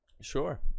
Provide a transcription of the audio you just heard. Sure